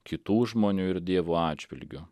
kitų žmonių ir dievų atžvilgiu